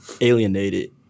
alienated